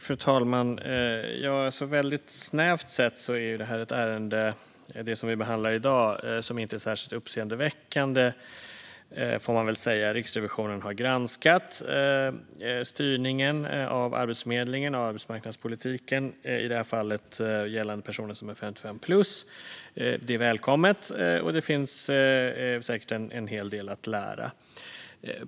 Fru talman! Snävt sett får man väl säga att det ärende som vi behandlar i dag inte är särskilt uppseendeväckande. Riksrevisionen har granskat styrningen av Arbetsförmedlingen och arbetsmarknadspolitiken, i det här fallet gällande personer som är 55-plus. Det är välkommet, och det finns säkert en hel del att lära.